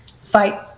fight